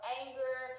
anger